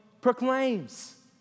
proclaims